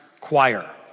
choir